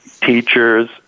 teachers